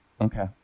Okay